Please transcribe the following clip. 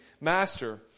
Master